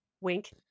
Wink